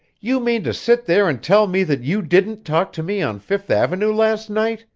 you mean to sit there and tell me that you didn't talk to me on fifth avenue last night?